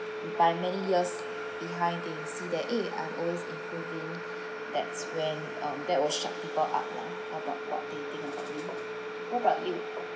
by many years behind they see that eh I'm always improving that's when um that will shut people up lah from talking about you what about you